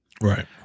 Right